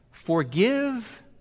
Forgive